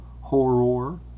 horror